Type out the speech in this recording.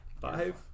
Five